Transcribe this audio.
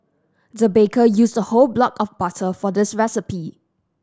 the baker used a whole block of butter for this recipe